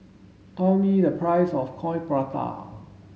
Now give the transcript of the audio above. tell me the price of coin prata